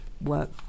work